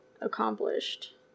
accomplished